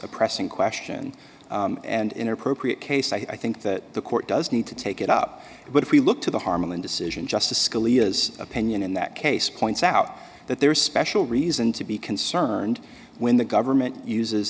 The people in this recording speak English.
a pressing question and in appropriate case i think that the court does need to take it up but if we look to the harman decision justice scalia's opinion in that case points out that there is special reason to be concerned when the government uses